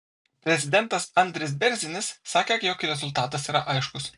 prezidentas andris bėrzinis sakė jog rezultatas yra aiškus